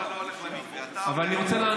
אתה לא הולך למקווה.